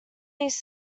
those